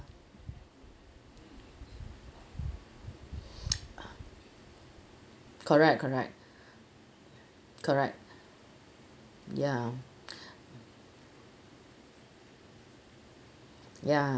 correct correct correct ya ya